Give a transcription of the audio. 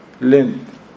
length